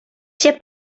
się